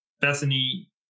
Bethany